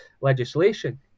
legislation